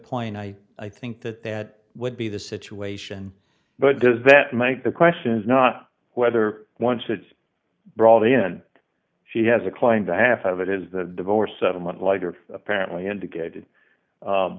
point i think that that would be the situation but does that make the question is not whether once it's brought in she has a claim to half of it is that divorce settlement later apparently indicated